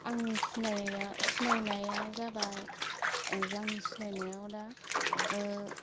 आंनि सिनायनाया जाबाय आंनि सिनायनायाव दा